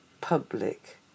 public